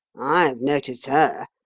i have noticed her,